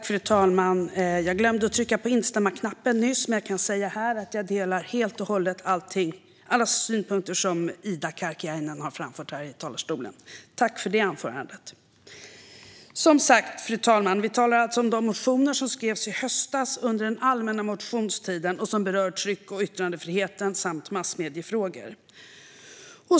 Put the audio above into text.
Fru talman! Jag glömde att trycka på instämmandeknappen nyss, men jag kan säga här att jag helt och hållet delar alla synpunkter som Ida Karkiainen framförde här i talarstolen. Tack för anförandet! Fru talman! Vi talar alltså om de motioner som skrevs i höstas under den allmänna motionstiden och som berör tryck och yttrandefriheten samt massmediefrågor.